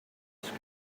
ask